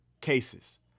cases